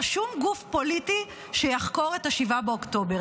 שום גוף פוליטי שיחקור את 7 באוקטובר.